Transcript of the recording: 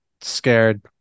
scared